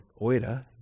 oida